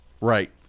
Right